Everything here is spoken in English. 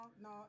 no